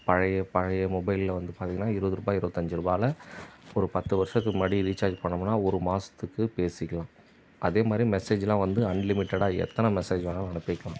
பழைய பழைய மொபைலில் வந்து பார்த்தீங்கன்னா இருபது ரூபாய் இருபத்தி அஞ்சு ரூபாயில் ஒரு பத்து வருடத்துக்கு முன்னாடி ரீசார்ஜ் பண்ணோம்னால் ஒரு மாதத்துக்குப் பேசிக்கலாம் அதே மாதிரி மெசேஜ்லாம் வந்து அன்லிமிட்டடாக எத்தனை மெசேஜ் வேணாலும் அனுப்பிக்கலாம்